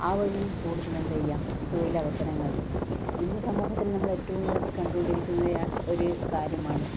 ആ വഴിയും കൂടുതൽ എന്ത് ചെയ്യാം തൊഴിലവസരങ്ങൾ നേടാം ഇന്ന് സമൂഹത്തിൽ നമ്മൾ ഏറ്റവും കൂടുതൽ കണ്ടോണ്ടിരിക്കുന്ന ഒരു കാര്യമാണ്